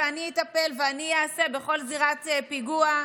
אני אטפל ואני אעשה בכל זירת פיגוע,